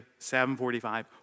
7.45